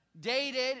dated